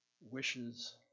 wishes